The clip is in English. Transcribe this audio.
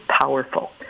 powerful